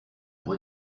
pour